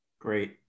Great